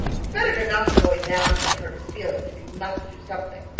it's better to knock a boy down than hurt his feelings if you must do something.